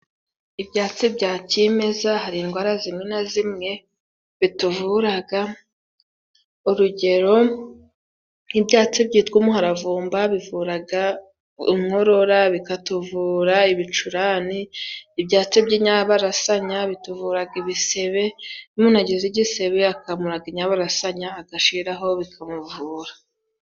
Ibyatsi bya kimeza hari indwara zimwe na zimwe bituvuraga. Urugero nk'ibyatsi byitwa umuharavumba bivuraga inkorora, bikatuvura ibicurane ,ibyatsi by'inyabarasanya bituvuraga ibisebe, munageze igisebe akamuragaga inyabarasanya agashiriraraho bikamuvura.